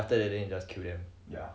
after that then just kill them